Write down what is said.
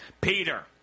Peter